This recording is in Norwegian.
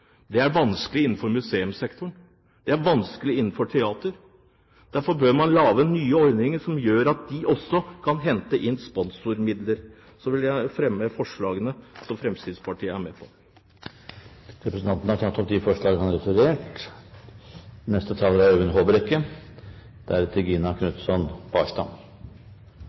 Det er vanskelig innenfor museumssektoren. Det er vanskelig innenfor teater. Derfor bør man lage nye ordninger som gjør at de også kan hente inn sponsormidler. Til slutt vil jeg ta opp forslagene som Fremskrittspartiet er med på eller fremmer alene. Representanten Ib Thomsen har tatt opp de forslag han